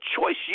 choice